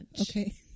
Okay